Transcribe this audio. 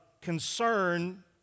concern